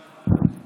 היו שקלים שמהם הביאו